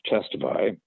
testify